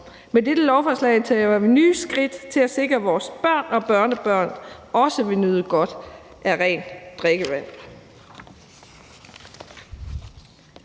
Med dette lovforslag tager vi nye skridt til at sikre, at vores børn og børnebørn også vil nyde godt af rent drikkevand.